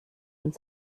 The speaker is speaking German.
uns